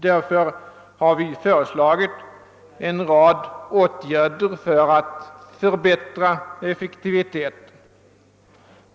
Därför har vi föreslagit en rad åtgärder för att förbättra effektiviteten.